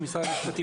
אני ממשרד המשפטים.